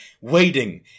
waiting